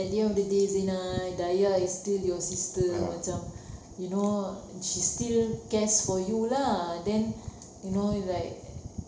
at the end of the day zina dayah is still your sister macam you know she still cares for you lah then you know like